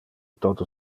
tote